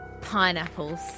pineapples